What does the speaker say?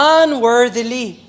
unworthily